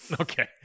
Okay